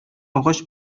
агач